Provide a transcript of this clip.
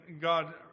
God